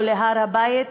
או להר-הבית,